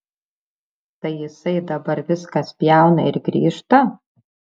tai jisai dabar viską spjauna ir grįžta